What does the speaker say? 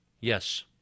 Yes